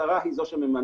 השרה היא זו שממנה,